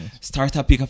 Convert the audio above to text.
startup